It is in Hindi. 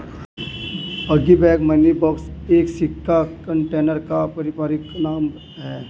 पिग्गी बैंक मनी बॉक्स एक सिक्का कंटेनर का पारंपरिक नाम है